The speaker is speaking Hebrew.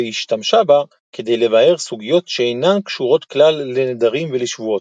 והשתמשה בה כדי לבאר סוגיות שאינן קשורות כלל לנדרים ולשבועות.